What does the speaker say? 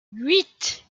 huit